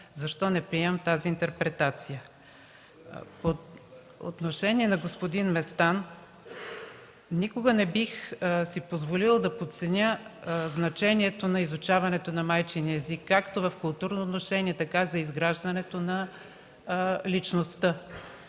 стандарта? СТЕФАНИ МИХАЙЛОВА: По отношение на господин Местан. Никога не бих си позволила да подценя значението на изучаване на майчин език както в културно отношение, така за изграждането на личността.